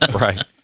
Right